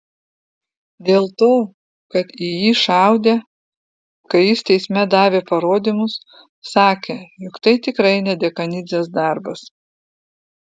dėl to kad į jį šaudė kai jis teisme davė parodymus sakė jog tai tikrai ne dekanidzės darbas